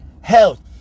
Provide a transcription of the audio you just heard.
Health